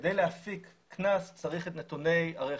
כדי להפיק קנס צריך את נתוני הרכב.